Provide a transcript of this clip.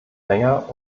länger